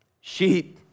sheep